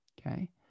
okay